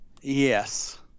Yes